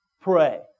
pray